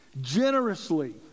generously